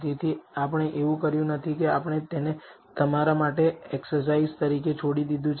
તેથી આપણે એવું કર્યું નથી કે આપણે તેને તમારા માટે એક્સરસાઇઝ તરીકે છોડી દીધું છે